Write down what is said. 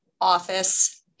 office